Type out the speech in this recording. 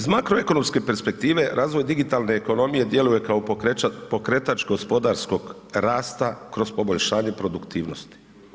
Iz makroekonomske perspektive, razvoj digitalne ekonomije djeluje kao pokretač gospodarskog rasta kroz poboljšanje produktivnosti.